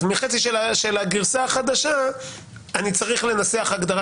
אז מחצי של הגרסה החדשה אני צריך לנסח הגדרה